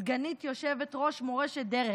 סגנית יושבת-ראש "מורשת דרך".